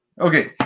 Okay